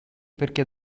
perché